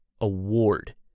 award